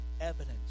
evidence